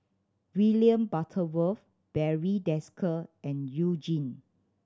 William Butterworth Barry Desker and You Jin